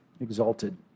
exalted